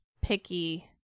picky